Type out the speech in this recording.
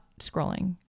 scrolling